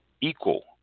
equal